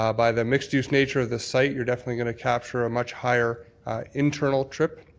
um by the mixed use nature of the site you're definitely going to capture a much higher internal trip,